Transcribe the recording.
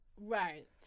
Right